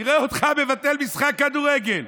נראה אותך מבטל משחק כדורגל.